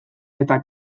eta